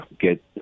get